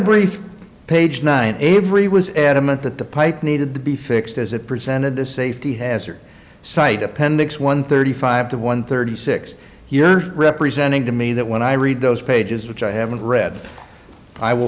brief page nine avery was adamant that the pipe needed to be fixed as it presented the safety hazard site appendix one thirty five to one thirty six you're representing to me that when i read those pages which i haven't read i will